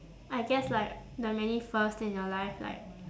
I guess like the many first in your life like